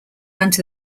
under